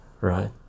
right